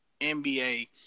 NBA